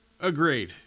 Agreed